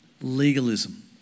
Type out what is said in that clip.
Legalism